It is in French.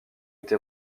été